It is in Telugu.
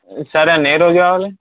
సరే అన్న ఏ రోజు కావాలి